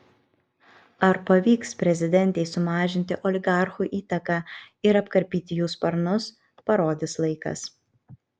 ar pavyks prezidentei sumažinti oligarchų įtaką ir apkarpyti jų sparnus parodys laikas